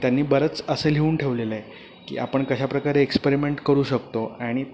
आणि त्यांनी बरंच असं लिहून ठेवलेलं आहे की आपण कशाप्रकारे एक्सपेरिमेंट करू शकतो आणि